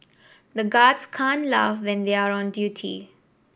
the guards can laugh when they are on duty